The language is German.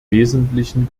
wesentlichen